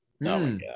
No